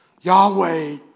Yahweh